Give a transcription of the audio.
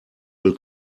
will